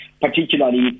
particularly